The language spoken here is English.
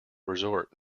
resort